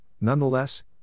nonetheless